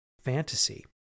fantasy